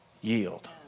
Yield